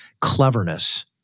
cleverness